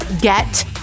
get